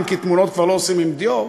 אם כי תמונות כבר לא עושים עם דיו,